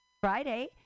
Friday